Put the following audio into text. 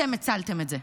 אתם הצלתם את זה.